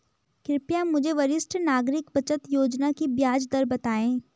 कृपया मुझे वरिष्ठ नागरिक बचत योजना की ब्याज दर बताएँ